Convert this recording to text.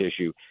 issue